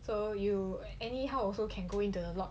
so you anyhow also can go into the lot